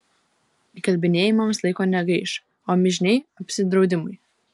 įkalbinėjimams laiko negaiš o mižniai apsidraudimui